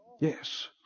Yes